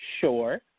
Sure